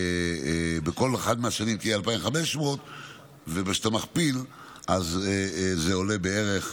ובכל אחת מהשנים היא תהיה 2,500. כשאתה מכפיל זה עולה בערך: